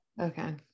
Okay